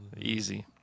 Easy